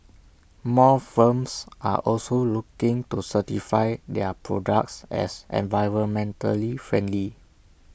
more firms are also looking to certify their products as environmentally friendly